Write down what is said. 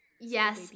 Yes